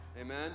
Amen